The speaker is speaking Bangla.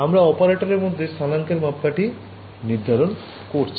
আমরা অপারেটর এর মধ্যে স্থানাঙ্কের মাপকাঠি নির্ধারণ করছি